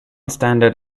standard